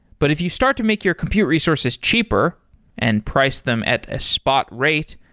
but if you start to make your compute resources cheaper and price them at a spot rate,